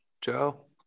Joe